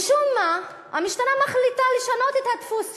משום מה המשטרה מחליטה לשנות את הדפוס שלה,